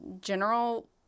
general